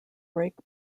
break